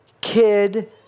kid